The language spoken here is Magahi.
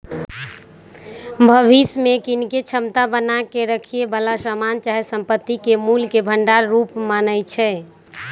भविष्य में कीनेके क्षमता बना क रखेए बला समान चाहे संपत्ति के मोल के भंडार रूप मानइ छै